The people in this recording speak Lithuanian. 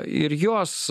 ir jos